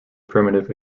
primitive